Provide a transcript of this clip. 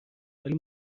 ولی